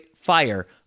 Fire